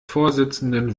vorsitzenden